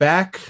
Back